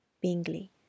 Bingley